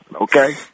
Okay